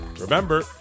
Remember